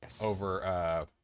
over